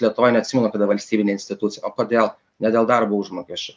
lietuvoj neatsimenu kada valstybinė institucija o kodėl ne dėl darbo užmokesčio